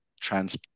trans